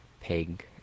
pig